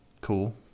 cool